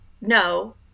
no